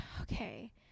okay